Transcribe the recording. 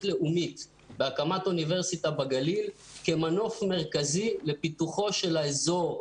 לאומית בהקמת אוניברסיטה בגליל כמנוף מרכזי לפיתוחו של האזור".